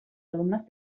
alumnes